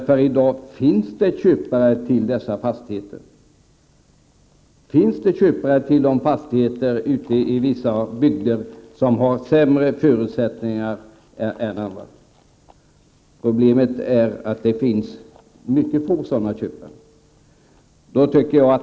Frågan är om det i dag finns köpare till fastigheter i de bygder som har sämre förutsättningar än andra. Problemet är att det finns mycket få sådana köpare.